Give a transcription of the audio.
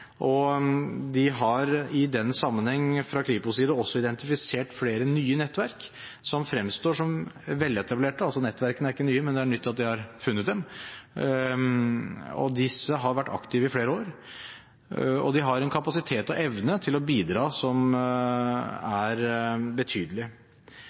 De har i den sammenheng fra Kripos’ side også identifisert flere nye nettverk som fremstår som veletablerte – nettverkene er altså ikke nye, men det er nytt at de har funnet dem. Disse har vært aktive i flere år, og de har en kapasitet og evne til å bidra som